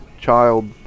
child